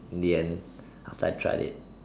in the end after I tried it